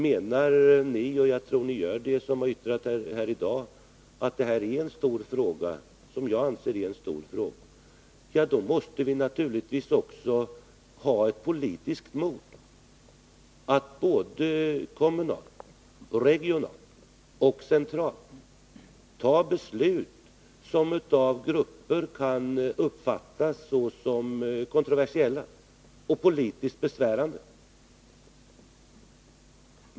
Menar ni — och jag tror att ni som har yttrat er här i dag gör det — att detta är en stor fråga, vilket jag anser, då måste vi naturligtvis också ha politiskt mod att kommunalt, regionalt och centralt fatta beslut som av grupper kan uppfattas som kontroversiella och politiskt besvärande.